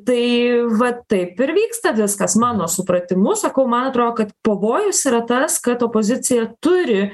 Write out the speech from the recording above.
tai va taip ir vyksta viskas mano supratimu sakau man atrodo kad pavojus yra tas kad opozicija turi